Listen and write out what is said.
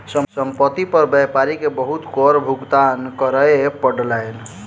संपत्ति पर व्यापारी के बहुत कर भुगतान करअ पड़लैन